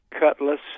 Cutlass